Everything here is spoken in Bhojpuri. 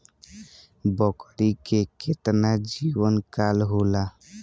बकरी के केतना जीवन काल होला?